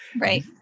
right